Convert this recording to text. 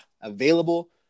available